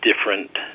different